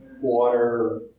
water